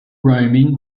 roaming